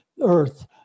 earth